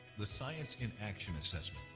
the science in action assessment,